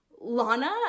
Lana